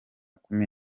kumi